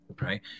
Right